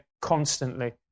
constantly